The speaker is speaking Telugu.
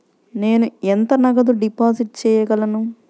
నేను ఎంత నగదు డిపాజిట్ చేయగలను?